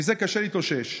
מזה קשה להתאושש.